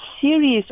series